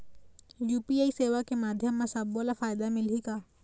UPI सेवा के माध्यम म सब्बो ला फायदा मिलही का?